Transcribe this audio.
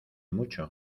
mucho